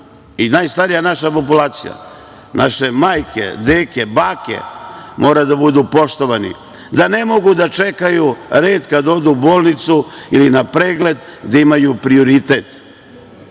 i najstarija naša populacija, naše majke, deke, bake moraju da budu poštovani, da ne mnogu da čekaju red kada odu u bolnicu ili na pregled, da imaju prioritet,